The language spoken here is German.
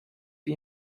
wie